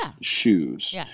shoes